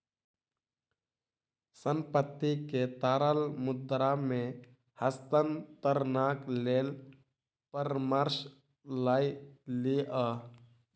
संपत्ति के तरल मुद्रा मे हस्तांतरणक लेल परामर्श लय लिअ